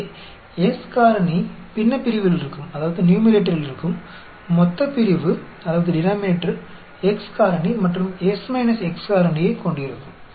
எனவே S காரணி பின்னப்பிரிவில் இருக்கும் மொத்தப்பிரிவு x காரணி மற்றும் S x காரணியைக் கொண்டிருக்கும்